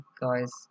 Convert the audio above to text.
guys